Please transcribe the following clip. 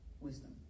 wisdom